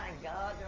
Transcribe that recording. god,